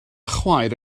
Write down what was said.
chwaer